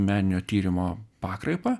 meninio tyrimo pakraipą